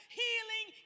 healing